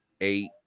eight